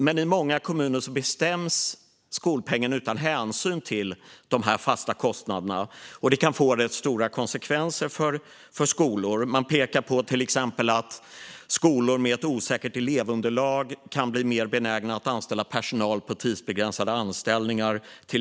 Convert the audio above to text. I många kommuner bestäms dock skolpengen utan hänsyn till de fasta kostnaderna, vilket kan få rätt stora konsekvenser för skolor. Man pekar till exempel på att skolor med osäkert elevunderlag kan bli mer benägna att anställa personal på tidsbegränsade anställningar.